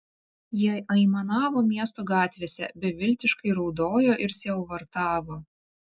jie aimanavo miesto gatvėse beviltiškai raudojo ir sielvartavo